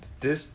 is this